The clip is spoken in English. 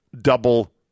double